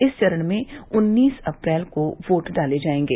इस चरण में उन्नीस अप्रैल को वोट डाले जायेंगे